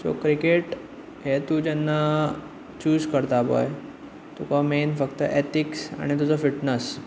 so cricket हे तूं जेन्ना चूज करता पळय तुका मेन फक्त ऍथीक्स आनी तुजो फिटनॅस